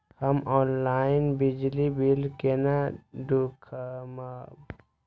हम ऑनलाईन बिजली बील केना दूखमब?